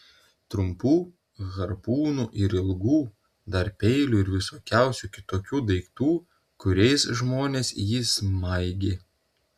trumpų harpūnų ir ilgų dar peilių ir visokiausių kitokių daiktų kuriais žmonės jį smaigė